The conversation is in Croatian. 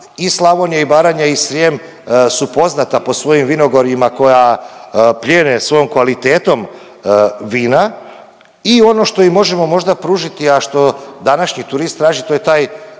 i Slavonija i Baranja i Srijem su poznata po svojim vinogorjima koja plijene svojom kvalitetom vina i ono što im možemo možda pružiti, a što današnji turist traži to je taj